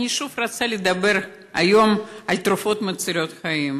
אני שוב רוצה לדבר היום על תרופות מצילות חיים.